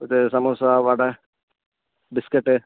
இது சமோஸா வடை பிஸ்கெட்டு